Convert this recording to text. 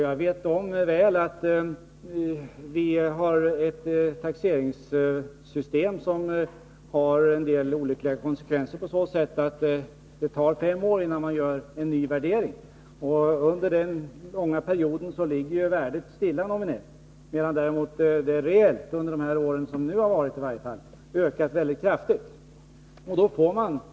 Jag är väl medveten om att vårt taxeringssystem har en del olyckliga konsekvenser genom att det tar fem år innan man gör en ny värdering. Under den långa perioden ligger värdet nominellt stilla, medan det reellt ökar; under de år som nu gått har det ökat kraftigt.